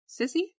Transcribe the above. Sissy